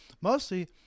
Mostly